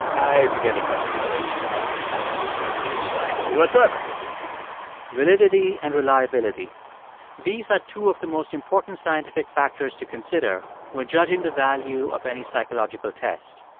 i began to question whether this test had any validity and reliability whatsoever validity and reliability these are two of the most important scientific factors to consider when judging the value of any psychological test.